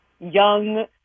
young